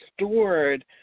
stored